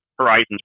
horizons